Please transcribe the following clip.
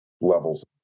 levels